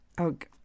Okay